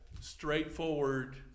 straightforward